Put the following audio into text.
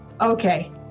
okay